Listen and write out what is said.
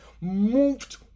moved